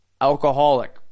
Alcoholic